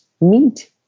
meat